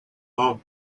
armed